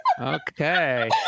Okay